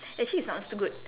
actually it's not too good